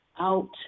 out